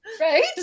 Right